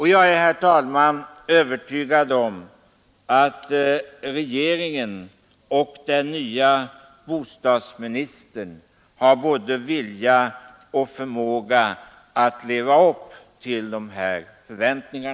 Jag är, herr talman, övertygad om att regeringen och den nye bostadsministern har både vilja och förmåga att leva upp till dessa förväntningar.